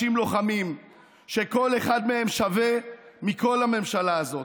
לוחמים שכל אחד מהם שווה מכל הממשלה הזאת.